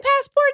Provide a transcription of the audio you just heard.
passport